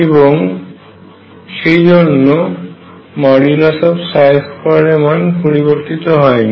এবং সেই জন্য 2 এর মান পরিবর্তীত হয় না